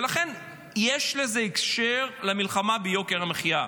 ולכן יש לזה קשר למלחמה ביוקר המחיה.